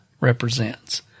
represents